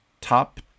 top